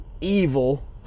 evil